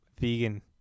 Vegan